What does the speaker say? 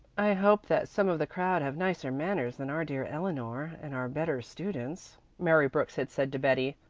i hope that some of the crowd have nicer manners than our dear eleanor and are better students, mary brooks had said to betty.